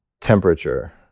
temperature